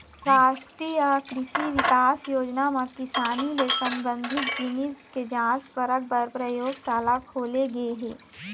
रास्टीय कृसि बिकास योजना म किसानी ले संबंधित जिनिस के जांच परख पर परयोगसाला खोले गे हे